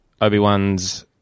obi-wan's